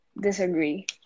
Disagree